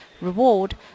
reward